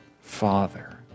Father